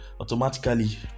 automatically